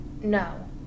no